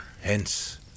hence